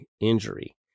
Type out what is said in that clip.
injury